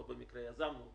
לא במקרה יזמנו אותו,